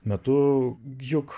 metu juk